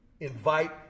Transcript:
Invite